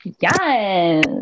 Yes